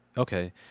Okay